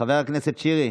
חבר הכנסת שירי,